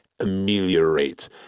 Ameliorate